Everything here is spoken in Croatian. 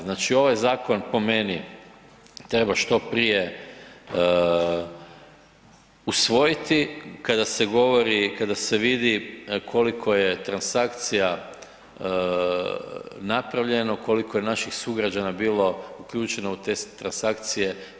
Znači ovaj zakon po meni treba što prije usvojiti, kada se govori i kada se vidi koliko je transakcija napravljeno, koliko je naših sugrađana bilo uključeno u te transakcije.